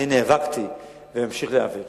נאבקתי ואמשיך להיאבק